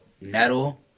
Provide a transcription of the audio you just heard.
Nettle